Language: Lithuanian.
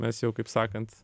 mes jau kaip sakant